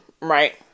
right